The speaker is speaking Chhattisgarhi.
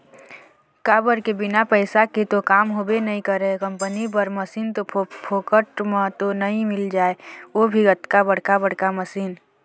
काबर के बिना पइसा के तो काम होबे नइ करय कंपनी बर मसीन तो फोकट म तो नइ मिल जाय ओ भी अतका बड़का बड़का मशीन